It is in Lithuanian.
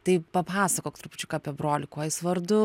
tai papasakok trupučiuką apie brolį kuo jis vardu